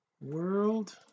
world